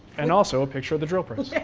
and also a picture of the drill press. yeah